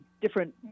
different